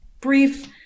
brief